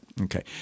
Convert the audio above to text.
okay